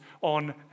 on